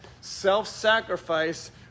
self-sacrifice